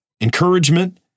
encouragement